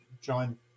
John